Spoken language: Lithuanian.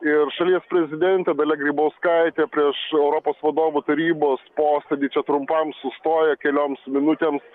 ir šalies prezidentė dalia grybauskaitė prieš europos vadovų tarybos posėdį čia trumpam sustojo kelioms minutėms